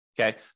Okay